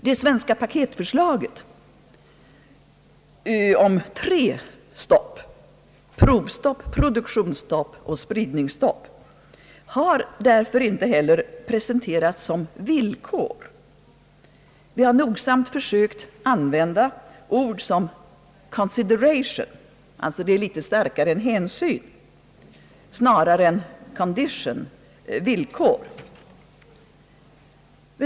Det svenska paketförslaget om tre stopp provstopp, produktionsstopp och spridningsstopp — har därför inte heller presenterats som villkor. Vi har nogsamt försökt använda ord som »consideration» — vilket är litet starkare än hänsyn — snarare än »condition»-villkor.